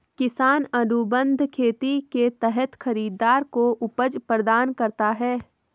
किसान अनुबंध खेती के तहत खरीदार को उपज प्रदान करता है